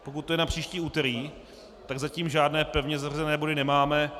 Pokud to je na příští úterý, tak zatím žádné pevně zařazené body nemáme.